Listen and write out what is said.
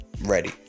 ready